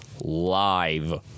live